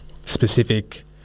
specific